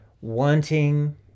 wanting